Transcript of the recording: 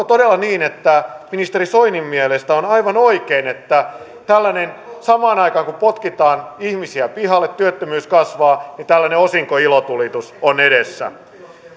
todella niin että ministeri soinin mielestä on aivan oikein että samaan aikaan kun potkitaan ihmisiä pihalle työttömyys kasvaa tällainen osinkoilotulitus on edessä